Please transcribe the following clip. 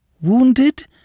Wounded